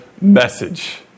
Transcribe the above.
message